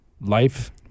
life